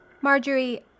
Marjorie